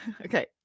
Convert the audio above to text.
Okay